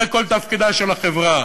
זה כל תפקידה של החברה.